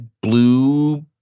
Blue